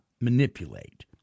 manipulate